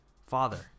Father